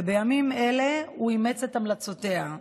ובימים אלה הוא אימץ את המלצותיה.